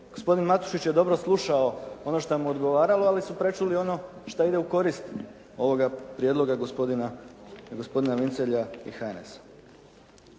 gospodin Matušić je dobro slušao ono što mu je odgovaralo ali su prečuli ono šta ide u korist ovoga prijedloga gospodina Vincelja i HNS-a.